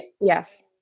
yes